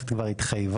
אנחנו מבקשים להעביר